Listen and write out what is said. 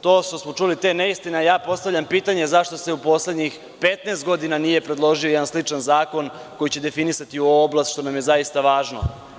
To što smo čuli te neistine, postavljam pitanje – zašto se u poslednjih 15 godina nije predložio jedan sličan zakon koji će definisati ovu oblast što nam je zaista važno.